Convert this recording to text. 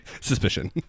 suspicion